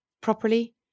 properly